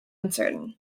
uncertain